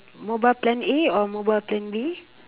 mobile plan A or mobile plan B